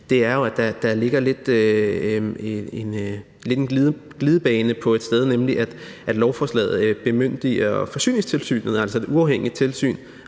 er, at der lidt ligger en glidebane et sted, nemlig at lovforslaget bemyndiger Forsyningstilsynet, altså et uafhængigt tilsyn,